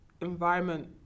environment